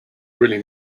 really